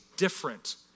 different